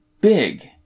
big